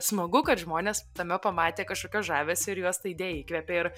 smagu kad žmonės tame pamatė kažkokio žavesio ir juos ta idėja įkvėpė ir